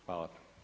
Hvala.